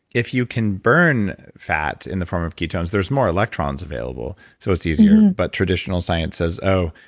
if you can burn fat in the form of ketones, there's more electrons available, so it's easier. but traditional science says, oh.